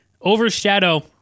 overshadow